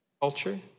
culture